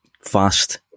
fast